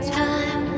time